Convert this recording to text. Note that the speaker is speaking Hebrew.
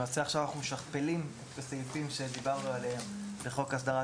למעשה עכשיו אנחנו משכפלים את הסעיפים שדיברנו עליהם בחוק הסדרת